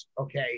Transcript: okay